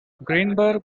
greenberg